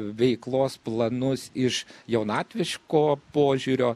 veiklos planus iš jaunatviško požiūrio